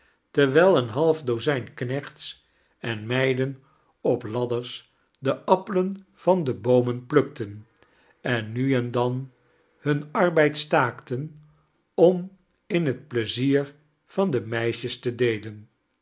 terwijl een half dozijn knechts enmeiden op ladders de appelen van de kerstvertellingen boomen plukten en nu en dan hun arbeid staakten am in het pleizdeir van de meisjes te deelen